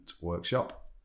workshop